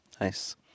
Nice